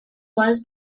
was